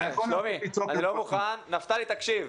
--- לצעוק --- נפתלי, תקשיב.